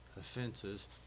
offenses